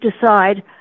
decide